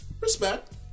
Respect